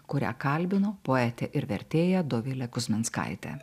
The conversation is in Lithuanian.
kurią kalbino poetė ir vertėja dovilė kuzminskaitė